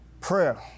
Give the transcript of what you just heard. prayer